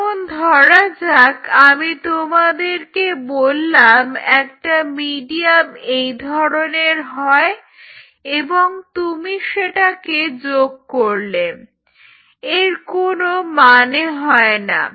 যেমন ধরা যাক আমি তোমাদেরকে বললাম একটা মিডিয়াম এই ধরনের হয় এবং তুমি সেটাকে যোগ করলে এর কোনো মানে হয় না